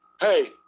hey